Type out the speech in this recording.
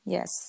Yes